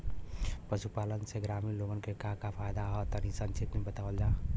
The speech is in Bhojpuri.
पशुपालन से ग्रामीण लोगन के का का फायदा ह तनि संक्षिप्त में बतावल जा?